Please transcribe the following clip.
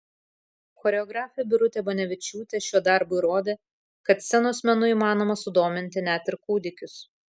choreografė birutė banevičiūtė šiuo darbu įrodė kad scenos menu įmanoma sudominti net ir kūdikius